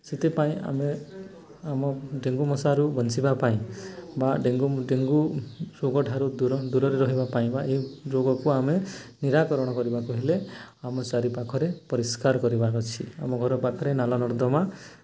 ସେଥିପାଇଁ ଆମେ ଆମ ଡେଙ୍ଗୁ ମଶାରୁ ବଞ୍ଚିବା ପାଇଁ ବା ଡେଙ୍ଗୁ ଡେଙ୍ଗୁ ରୋଗଠାରୁ ଦୂରରେ ରହିବା ପାଇଁ ବା ଏ ରୋଗକୁ ଆମେ ନିରାକରଣ କରିବାକୁ ହେଲେ ଆମ ଚାରିପାଖରେ ପରିଷ୍କାର କରିବାର ଅଛି ଆମ ଘର ପାଖରେ ନାଲ ନର୍ଦ୍ଦମା